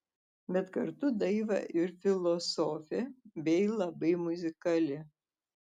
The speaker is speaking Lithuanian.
bet kartu daiva ir filosofė bei labai muzikali